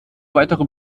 weitere